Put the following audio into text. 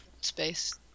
space